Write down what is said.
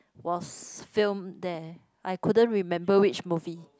was filmed there I couldn't remember which movie